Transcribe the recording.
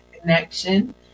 connection